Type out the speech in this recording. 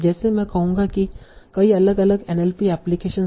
जैसे मैं कहूंगा कि कई अलग अलग एनएलपी एप्लीकेशनस है